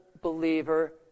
believer